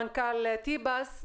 מנכ"ל טיבאס.